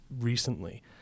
recently